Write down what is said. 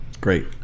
Great